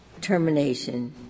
termination